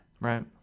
Right